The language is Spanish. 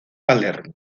palermo